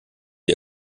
sie